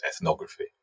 ethnography